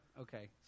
Okay